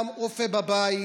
הרופא בבית,